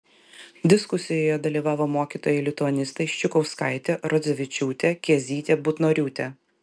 diskusijoje dalyvavo mokytojai lituanistai ščukauskaitė rodzevičiūtė kėzytė butnoriūtė